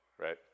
right